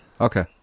okay